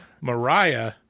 Mariah